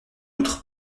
outre